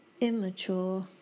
immature